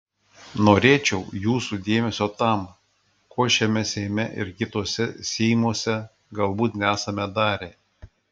norėčiau jūsų dėmesio tam ko šiame seime ir kituose seimuose galbūt nesame darę